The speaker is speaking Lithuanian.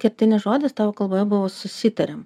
kertinis žodis tavo kalboje buvo susitariam